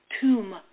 tomb